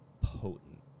potent